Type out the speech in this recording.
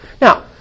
Now